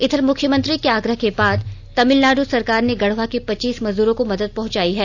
इधर मुख्यमंत्री के आग्रह के बाद तमिलनाड सरकार ने गढवा के पच्चीस मजदूरो को मदद पहंचाई गयी है